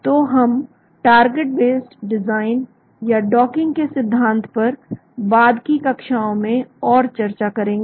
तो हम target based design या डॉकिंग के सिद्धांत पर बाद की कक्षाओं में और चर्चा करेंगे